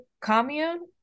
commune